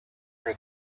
for